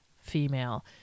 female